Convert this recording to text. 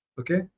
Okay